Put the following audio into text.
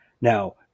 now